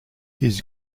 his